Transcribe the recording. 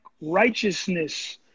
righteousness